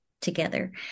together